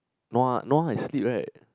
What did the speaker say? nua nua is sleep right